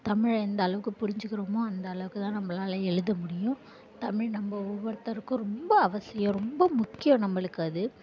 தமிழ் எந்த அளவுக்கு புரிஞ்சுக்கிறமோ அந்த அளவுக்கு தான் நம்மளால எழுத முடியும் தமிழ் நம்ம ஒவ்வொருத்தருக்கும் ரொம்ப அவசியம் ரொம்ப முக்கியம் நம்மளுக்கு அது